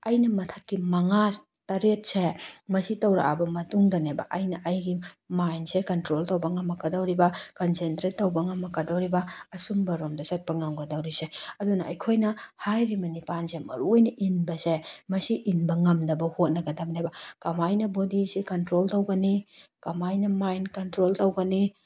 ꯑꯩꯅ ꯃꯊꯛꯀꯤ ꯃꯉꯥ ꯇꯔꯦꯠꯁꯦ ꯃꯁꯤ ꯇꯧꯔꯛꯑꯕ ꯃꯇꯨꯡꯗꯅꯦꯕ ꯑꯩꯅ ꯑꯩꯒꯤ ꯃꯥꯏꯟꯁꯦ ꯀꯟꯇ꯭ꯔꯣꯜ ꯇꯧꯕ ꯉꯝꯃꯛꯀꯗꯧꯔꯤꯕ ꯀꯟꯁꯦꯟꯇ꯭ꯔꯦꯠ ꯇꯧꯕ ꯉꯝꯃꯛꯀꯗꯣꯔꯤꯕ ꯑꯆꯨꯝꯕ ꯂꯣꯝꯗ ꯆꯠꯄ ꯉꯝꯒꯗꯣꯏꯔꯤꯕꯁꯦ ꯑꯗꯨꯅ ꯑꯩꯈꯣꯏꯅ ꯍꯥꯏꯔꯤꯕ ꯅꯤꯄꯥꯜꯁꯦ ꯃꯔꯨ ꯑꯣꯏꯅ ꯏꯟꯕꯦꯁꯦ ꯃꯁꯤ ꯏꯟꯕ ꯉꯝꯅꯕ ꯍꯣꯠꯅꯒꯗꯕꯅꯦꯕ ꯀꯃꯥꯏꯅ ꯕꯣꯗꯤꯁꯦ ꯀꯟꯇ꯭ꯔꯣꯜ ꯇꯧꯒꯅꯤ ꯀꯃꯥꯏꯅ ꯃꯥꯏꯟꯗꯁꯦ ꯀꯟꯇ꯭ꯔꯣꯜ ꯇꯧꯒꯅꯤ